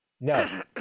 No